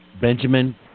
Benjamin